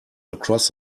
across